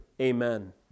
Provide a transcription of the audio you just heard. Amen